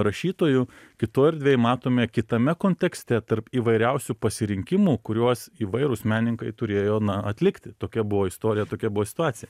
rašytojų kitoj erdvėj matome kitame kontekste tarp įvairiausių pasirinkimų kuriuos įvairūs meninkai turėjo atlikti tokia buvo istorija tokia buvo situacija